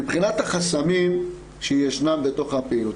מבחינת החסמים שישנם בתוך הפעילות,